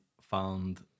found